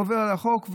הוא עובר על החוק,